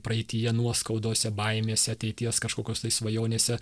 praeityje nuoskaudose baimėse ateities kažkokios tai svajonėse